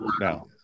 now